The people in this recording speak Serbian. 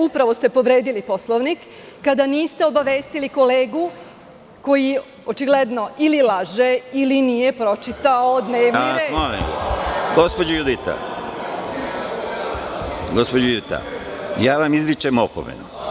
Upravo ste povredili Poslovnik, kada niste obavestili kolegu koji očigledno ili laže ili nije pročitao dnevni red. (Predsedavajući: Molim vas, gospođo Judita, izričem vam opomenu.